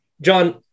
John